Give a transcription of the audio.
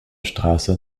straße